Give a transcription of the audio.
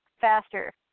faster